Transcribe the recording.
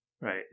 Right